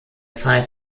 zeit